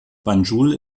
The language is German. banjul